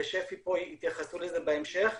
ושפ"י יתייחסו לזה בהמשך.